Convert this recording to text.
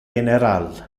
general